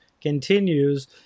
continues